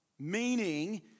meaning